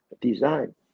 Design